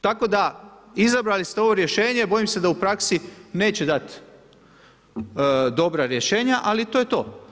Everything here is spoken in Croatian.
Tako da izabrali ste ovo rješenje, bojim se da u praksi neće dat dobra rješenja, ali to je to.